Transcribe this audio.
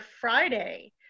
Friday